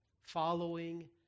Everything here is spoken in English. following